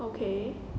okay